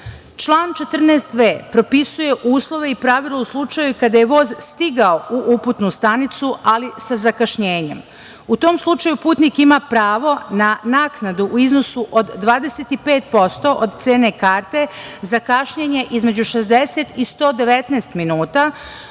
14v. propisuje uslove i pravilo u slučaju kada je voz stigao u uputnu stanicu, ali sa zakašnjenjem. U tom slučaju, putnik ima pravo na naknadu u iznosu od 25% od cene karte za kašnjenje između 60 i 119 minuta,